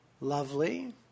lovely